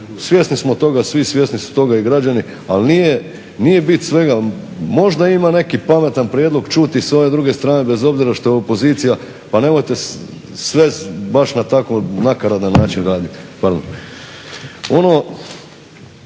Svjesni smo toga svi, svjesni su toga i građani, ali nije bit svega, možda ima neki pametan prijedlog čuti i s ove druge strane bez obzira što je opozicija, pa nemojte sve baš na tako nakaradan način radit.